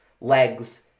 legs